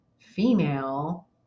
female